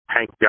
Hank